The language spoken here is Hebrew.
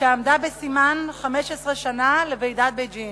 שעמדה בסימן 15 שנה לוועידת בייג'ין.